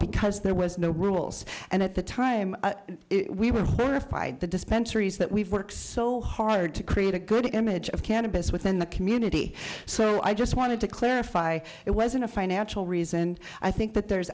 because there was no rules and at the time we were horrified the dispensaries that we work so hard to create a good image of cannabis within the community so i just wanted to clarify it wasn't a financial reason i think that there's